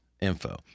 info